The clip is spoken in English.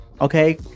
okay